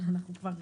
אבל אנחנו כבר